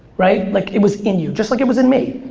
right? like, it was in you. just like it was in me.